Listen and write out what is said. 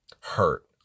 hurt